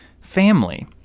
family